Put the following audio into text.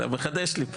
אתה מחדש לי פה.